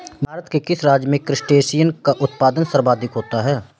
भारत के किस राज्य में क्रस्टेशियंस का उत्पादन सर्वाधिक होता है?